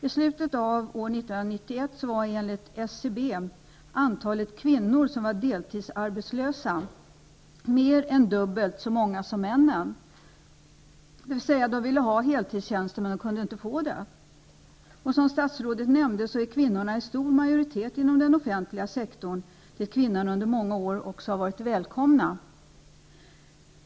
I slutet av år 1991 var enligt SCB antalet kvinnor som var deltidsarbetslösa mer än dubbelt så stort som antalet män, dvs. sådana som ville ha heltidstjänst men inte kunde få det. Som statsrådet nämnde är kvinnorna i stor majoritet inom den offentliga sektorn, dit kvinnor under många år har varit välkomna.